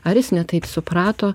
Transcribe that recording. ar jis ne taip suprato